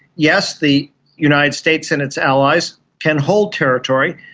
yes, the united states and its allies can hold territory,